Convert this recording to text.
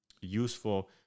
useful